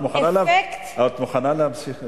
אפקט --- את מוכנה להפסיק?